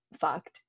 fucked